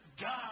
God